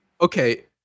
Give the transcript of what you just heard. Okay